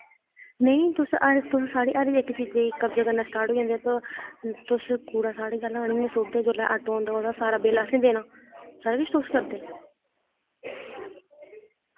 नेईं तुस हर तुस साढ़ी हर इक चीजे ई कब्जा करना स्टार्ट होई जंदे तो तुस कूड़ा साढ़ी गल्ला आह्नियै सुटदे जुल्लै आटो आंदा ओह्दा सारा बिल असें देना सारा किश तुस करदे